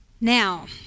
Now